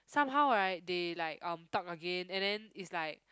somehow right they like um talk again and then is like